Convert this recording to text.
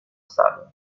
sale